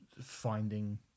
finding